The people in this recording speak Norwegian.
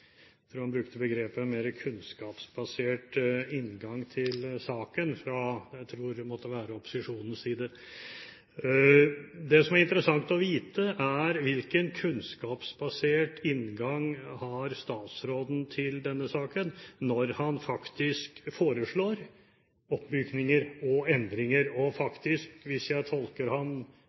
tror han brukte begrepet – «mer kunnskapsbasert inngang» til saken fra opposisjonens side, tror jeg det måtte være. Det som er interessant å vite, er: Hvilken kunnskapsbasert inngang har statsråden til denne saken når han foreslår oppmykninger og endringer, og faktisk – hvis jeg tolker ham riktig – også sier at han